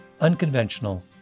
unconventional